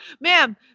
Ma'am